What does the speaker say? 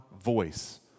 voice